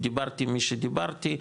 דיברתי עם מי שדיברתי,